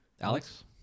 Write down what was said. Alex